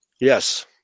Yes